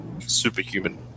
superhuman